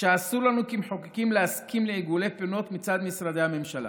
שאסור לנו כמחוקקים להסכים לעיגולי פינות מצד משרדי הממשלה.